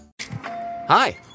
Hi